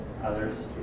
Others